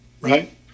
Right